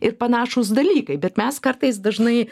ir panašūs dalykai bet mes kartais dažnai